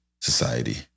society